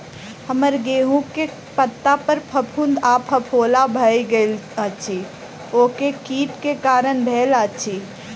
हम्मर गेंहूँ केँ पत्ता पर फफूंद आ फफोला भऽ गेल अछि, ओ केँ कीट केँ कारण भेल अछि?